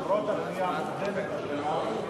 למרות הפנייה המוקדמת השנה,